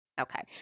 Okay